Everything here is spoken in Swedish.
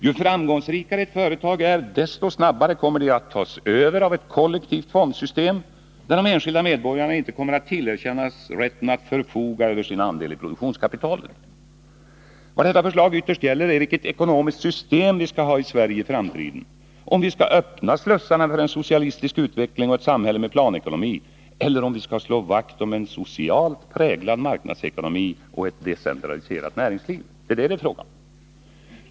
Ju framgångsrikare ett företag är, desto snabbare kommer det att tas över av ett kollektivt fondsystem, där de enskilda medborgarna inte kommer att tillerkännas rätten att förfoga över sin andel i produktionskapitalet. Vad detta förslag ytterst gäller är vilket ekonomiskt system vi skall ha i Sverige i framtiden, om vi skall öppna slussarna för en socialistisk utveckling och ett samhälle med planekonomi eller om vi skall slå vakt om en socialt präglad marknadsekonomi och ett decentraliserat näringsliv. Det är vad det är fråga om.